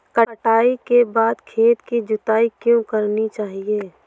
कटाई के बाद खेत की जुताई क्यो करनी चाहिए?